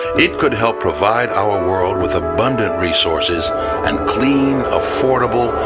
it could help provide our world with abundant resources and clean, affordable,